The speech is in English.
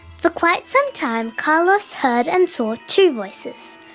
for quite some time carlos heard and saw two voices.